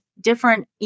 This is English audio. different